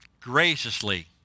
graciously